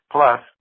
Plus